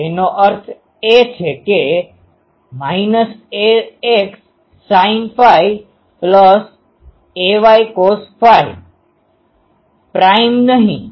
તો એનો અર્થ છે axsin aycos minus ax sine phi plus ay cos phi prime નહીં